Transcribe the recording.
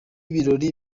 birori